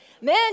man